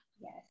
yes